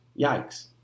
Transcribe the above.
Yikes